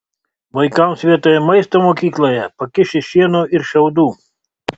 vaikams vietoj maisto mokykloje pakiši šieno ir šiaudų